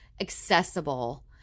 accessible